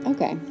Okay